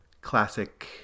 classic